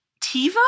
TiVo